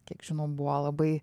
kiek žinau buvo labai